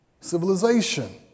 civilization